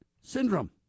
syndrome